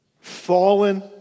fallen